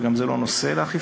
וגם זה לא נושא לאכיפה,